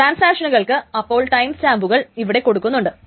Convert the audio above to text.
ട്രാൻസാക്ഷനുകൾക്ക് അപ്പോൾ ടൈംസ്റ്റാമ്പുകൾ ഇവിടെ കൊടുക്കുന്നുണ്ട്